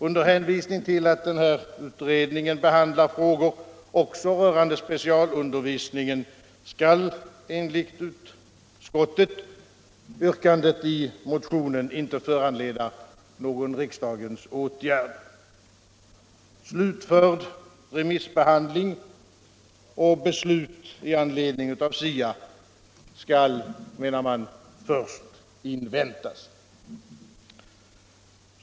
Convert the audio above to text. Under hänvisning till att den utredningen behandlar frågor också rörande specialundervisningen skall enligt utskottet yrkandet i motionen inte föranleda någon riksdagens åtgärd. Slutförd remissbehandling och beslut i anledning av SIA skall, menar man, först inväntas.